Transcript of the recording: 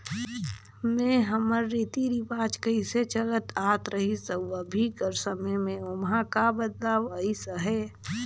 में हमर रीति रिवाज कइसे चलत आत रहिस अउ अभीं कर समे में ओम्हां का बदलाव अइस अहे